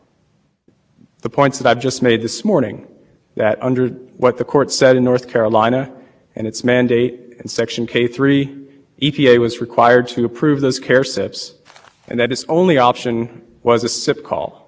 was required to approve those care sips and that is only option was a sip call and that's significant to the states because under the clean air act states have the primary sponsibility to address air pollution they do that through s